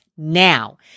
Now